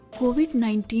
कोविड-19